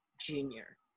Junior